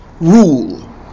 rule